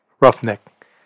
roughneck